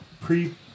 pre